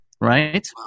right